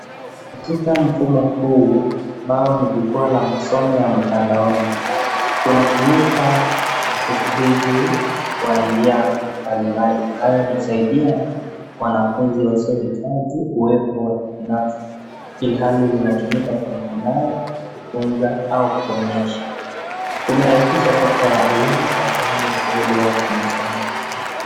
Katika mfumo huu, ambao ni jukwaa la masomo ya mtandaoni. Unatumika siku hizi kwa njia mbalimbali ambayo husaidia wanafunzi wasiohitaji uwepo wa kibinafsi, ilhali linatumika kwa mtandao kufunza au kuonyesha. Umerahisisha sekta ya elimu kwa sehemu kubwa kimasomo.